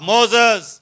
Moses